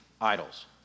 idols